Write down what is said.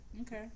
Okay